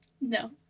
No